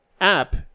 app